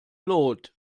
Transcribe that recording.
lot